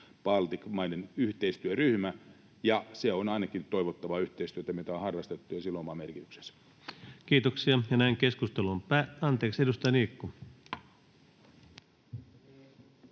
Nordic—Baltic‑maiden yhteistyöryhmä. Ainakin se on toivottavaa yhteistyötä, mitä on harrastettu, ja sillä on oma merkityksensä. Kiitoksia. — Ja näin keskustelu on päättynyt. — Anteeksi, edustaja Niikko.